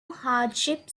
hardship